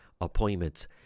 appointments